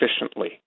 efficiently